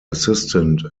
assistant